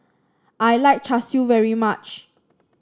I like Char Siu very much